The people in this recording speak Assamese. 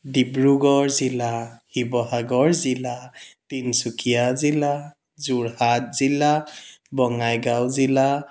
ডিব্ৰুগড় জিলা শিৱসাগৰ জিলা তিনিচুকীয়া জিলা যোৰহাট জিলা বঙাইগাঁও জিলা